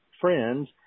friends